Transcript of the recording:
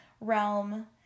realm